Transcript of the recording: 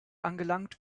angelangt